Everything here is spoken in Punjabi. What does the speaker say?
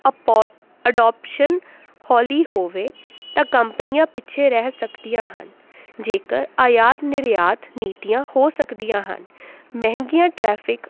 ਅਪੋ ਅਡੋਪਸ਼ਨ ਹੌਲੀ ਹੋਵੇ ਤਾਂ ਕੰਪਨੀਆਂ ਪਿੱਛੇ ਰਹਿ ਸਕਦੀਆਂ ਹਨ ਜੇਕਰ ਆਯਾਤ ਨਿਰਯਾਤ ਨੀਤੀਆਂ ਹੋ ਸਕਦੀਆਂ ਹਨ ਮਹਿੰਗੀਆਂ ਟਰੈਫਿਕ